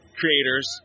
creators